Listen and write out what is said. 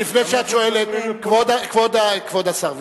לפני שאת שואלת, כבוד השר וילנאי.